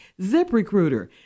ZipRecruiter